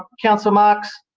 councillor marx,